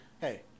Hey